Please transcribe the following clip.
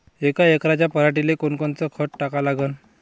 यका एकराच्या पराटीले कोनकोनचं खत टाका लागन?